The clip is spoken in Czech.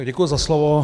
Děkuji za slovo.